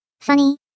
Funny